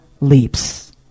leaps